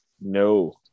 No